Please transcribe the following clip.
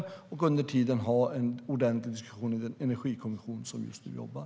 Under tiden kommer man att föra en ordentlig diskussion i den energikommission som just nu jobbar.